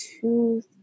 two